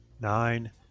nine